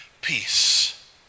peace